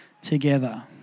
together